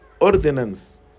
ordinance